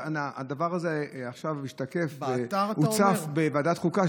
הדבר הזה עכשיו השתקף והוצף בוועדה החוקה,